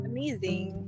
Amazing